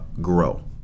grow